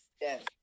Yes